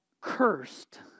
cursed